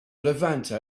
levanter